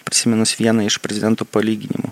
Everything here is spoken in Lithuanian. prisiminus vieną iš prezidento palyginimų